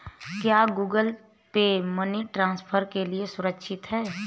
क्या Google Pay money transfer के लिए सुरक्षित है?